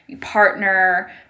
partner